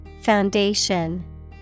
Foundation